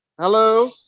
Hello